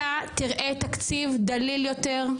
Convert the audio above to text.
אתה תראה תקציב דליל יותר,